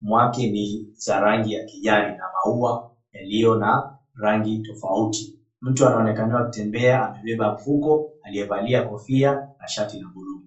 mwake ni za rangi ya kijani na maua yaliyo na rangi tofauti. Mtu anaonekana akitembea amebeba fuko aliyevalia kofia na shati ya buluu.